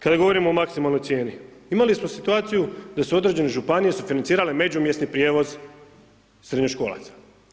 Kada govorimo o maksimalnoj cijeni, imali smo situaciju da su određene županije sufinancirale međumjesni prijevoz srednjoškolaca.